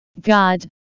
god